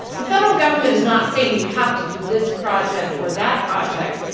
the federal government is not saying you have to do this project or that project.